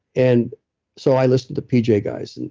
and so i listened to pj guys. and